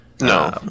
No